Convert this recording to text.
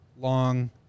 long